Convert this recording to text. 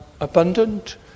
abundant